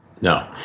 No